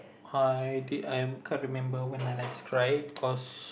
I did I can't remembered when I last cried because